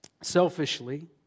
selfishly